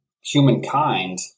humankind